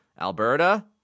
Alberta